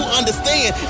understand